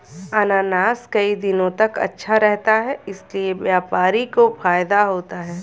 अनानास कई दिनों तक अच्छा रहता है इसीलिए व्यापारी को फायदा होता है